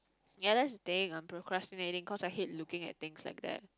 the other thing I'm procrastinating cause I hate looking at things like that